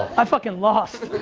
i fucking lost.